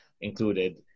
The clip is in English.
included